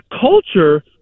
culture